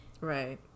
Right